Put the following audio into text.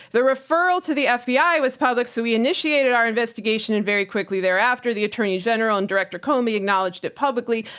the referral to the fbi was public, so we initiated our investigation and very quickly thereafter the attorney general and director comey acknowledged it publicly.